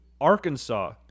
Arkansas